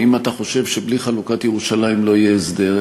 ואם אתה חושב שבלי חלוקת ירושלים לא יהיה הסדר,